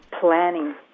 planning